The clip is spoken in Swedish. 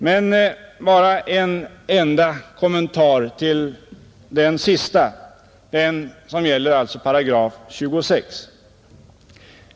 Jag vill bara helt kort kommentera den punkt som gäller 26 8.